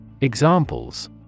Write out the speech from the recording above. Examples